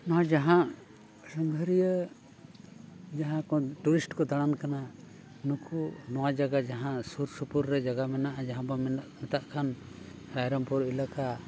ᱱᱚᱣᱟ ᱡᱟᱦᱟᱸ ᱥᱟᱸᱜᱷᱟᱨᱤᱭᱟᱹ ᱡᱟᱦᱟᱸ ᱠᱚ ᱴᱩᱨᱤᱥᱴ ᱠᱚ ᱫᱟᱬᱟᱱ ᱠᱟᱱᱟ ᱱᱩᱠᱩ ᱱᱚᱣᱟ ᱡᱟᱭᱜᱟ ᱡᱟᱦᱟᱸ ᱥᱩᱨ ᱥᱩᱯᱩᱨ ᱨᱮ ᱡᱟᱭᱜᱟ ᱢᱮᱱᱟᱜᱼᱟ ᱡᱟᱦᱟᱸ ᱵᱚᱱ ᱢᱮᱛᱟᱜ ᱠᱟᱱ ᱨᱟᱭᱨᱚᱝᱯᱩᱨ ᱮᱞᱟᱠᱟ